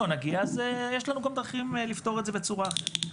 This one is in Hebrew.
לא נגיע אז יש לנו גם דרכים לפתור את זה בצורה אחרת,